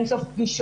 באין סוף פגישות,